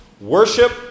Worship